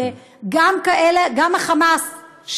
גם ה"חמאס",